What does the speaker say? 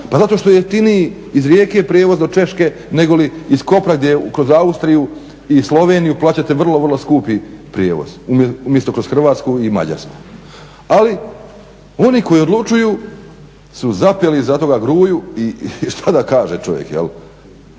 Pa zato što je jeftiniji iz Rijeke prijevoz do Češke nego li iz Kopra gdje kroz Austriju i Sloveniju plaćate vrlo, vrlo skupi prijevoz umjesto kroz Hrvatsku i Mađarsku. Ali, oni koji odlučuju su zapeli za toga Gruju i što da kaže čovjek?